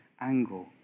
angle